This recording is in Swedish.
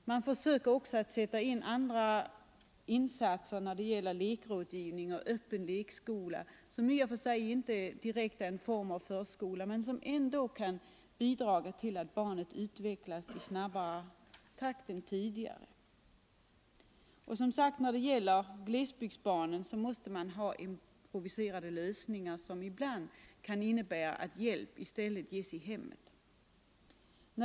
Man försöker också göra andra insatser i form av lekrådgivning och öppen lekskola, som i och för sig inte direkt är en form av förskola men som ändå kan bidra till att barnet utvecklas i snabbare takt än tidigare. Och vad beträffar glesbygdsbarnen måste man som sagt ta till improviserade lösningar som ibland kan innebära att hjälp i stället ges i hemmet.